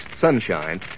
sunshine